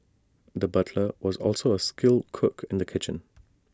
the butcher was also A skilled cook in the kitchen